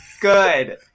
good